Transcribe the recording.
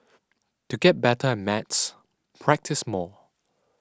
to get better at maths practise more